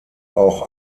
auch